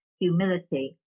humility